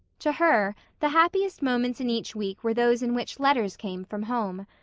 to her, the happiest moments in each week were those in which letters came from home.